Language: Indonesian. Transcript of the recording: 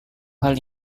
hal